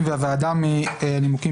והוועדה מנימוקים